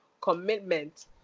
commitment